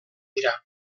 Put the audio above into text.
dira